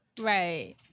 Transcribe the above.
Right